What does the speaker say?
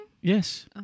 yes